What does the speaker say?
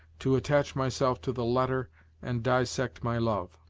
to attach myself to the letter and dissect my love.